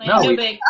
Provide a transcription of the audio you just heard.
no